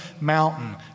mountain